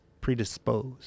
predisposed